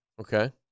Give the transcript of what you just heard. Okay